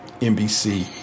NBC